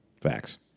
Facts